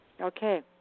Okay